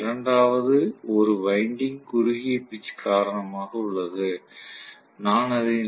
இப்போது line to line அல்லது நடுநிலை மற்றும் பேஸ் க்கு இடையில் வரும் மின்னழுத்தம் என்ன என்பதை நான் அளவிடுவேன்